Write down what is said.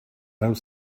have